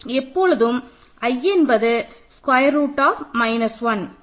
எப்பொழுதும் i என்பது square root of 1